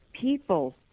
people